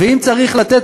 ואם צריך לתת